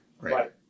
Right